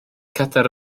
cadair